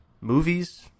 movies